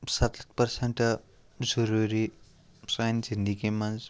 سَتَتھ پٔرسَنٛٹ ضروٗری سانہِ زنٛدگی منٛز